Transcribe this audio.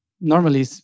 normally